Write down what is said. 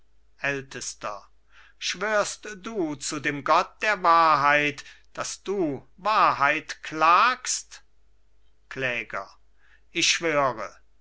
ältester schwörst du zu dem gott der wahrheit daß du wahrheit klagst kläger ich schwöre